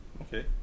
Okay